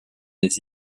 des